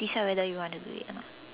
decide whether you want to do it or not